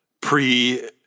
pre